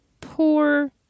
poor